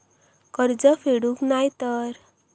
कर्ज फेडूक नाय तर?